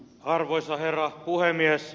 arvoisa herra puhemies